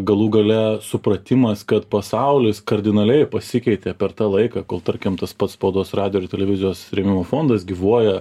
galų gale supratimas kad pasaulis kardinaliai pasikeitė per tą laiką kol tarkim tas pats spaudos radijo ir televizijos rėmimo fondas gyvuoja